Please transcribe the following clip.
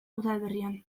udaberrian